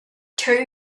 two